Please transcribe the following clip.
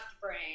brain